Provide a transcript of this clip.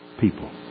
people